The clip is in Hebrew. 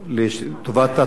ואנחנו רואים את התוצאות.